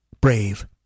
brave